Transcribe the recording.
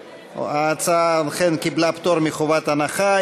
ההצעה אכן קיבלה פטור מחובת הנחה.